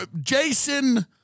Jason